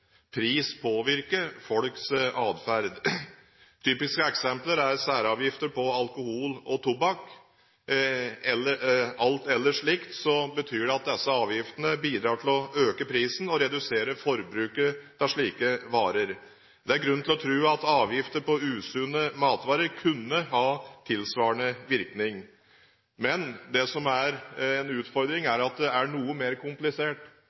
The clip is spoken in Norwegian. pris påvirker folks adferd. Typiske eksempler er særavgifter på alkohol og tobakk. Alt ellers likt så betyr det til at disse avgiftene bidrar til å øke prisen og redusere forbruket av slike varer. Det er grunn til å tro at avgifter på usunne matvarer kunne ha tilsvarende virkning. Men det som er en utfordring, er at det er noe mer komplisert